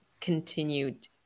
continued